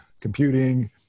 computing